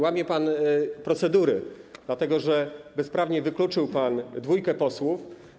Łamie pan procedury, dlatego że bezprawnie wykluczył pan dwójkę posłów.